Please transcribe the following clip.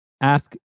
ask